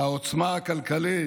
העוצמה הכלכלית,